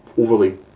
overly